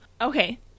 okay